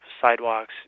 sidewalks